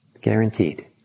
Guaranteed